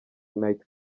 night